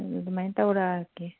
ꯑꯗꯨꯃꯥꯏꯅ ꯇꯧꯔꯛꯑꯒꯦ